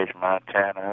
Montana